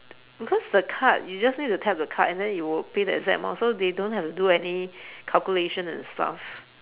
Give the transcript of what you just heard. because the card you just need to tap the card and then you will pay the exact amount so they don't have to do any calculation and stuff